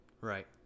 Right